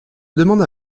demanda